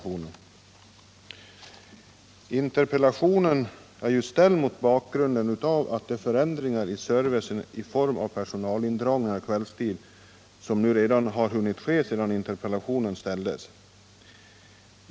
Interpellationen är ställd mot bakgrund av planerade förändringar i servicen i form av personalindragningar kvällstid, som redan hunnit verkställas sedan interpellationen ställdes.